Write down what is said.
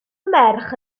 merch